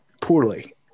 poorly